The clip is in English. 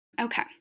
Okay